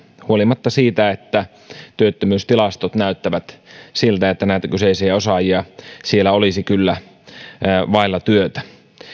huolimatta siitä että työttömyystilastot näyttävät siltä että kyseisiä osaajia siellä kyllä olisi vailla työtä